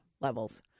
levels